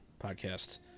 Podcast